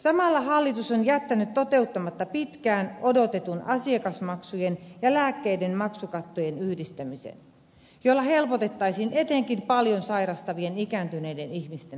samalla hallitus on jättänyt toteuttamatta pitkään odotetun asiakasmaksujen ja lääkkeiden maksukattojen yhdistämisen jolla helpotettaisiin etenkin paljon sairastavien ikääntyneiden ihmisten asemaa